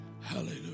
Hallelujah